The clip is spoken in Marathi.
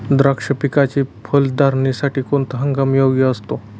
द्राक्ष पिकाच्या फलधारणेसाठी कोणता हंगाम योग्य असतो?